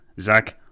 Zach